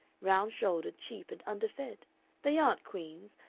round-shouldered, cheap, and underfed! they aren't queens,